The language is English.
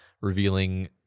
revealing